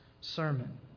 sermon